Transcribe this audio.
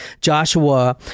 Joshua